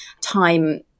time